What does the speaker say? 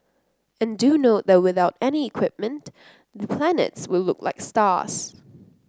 and do note that without any equipment the planets will look like stars